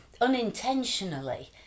unintentionally